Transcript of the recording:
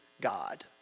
God